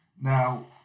Now